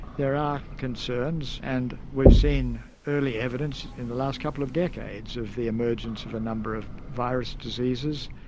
there are concerns and we've seen early evidence in the last couple of decades of the emergence of a number of virus diseases.